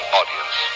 audience